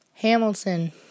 Hamilton